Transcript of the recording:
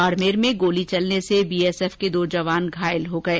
बाडमेर में गोली चलने से बीएसएफ के दो जवान घायल हो गये